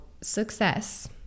success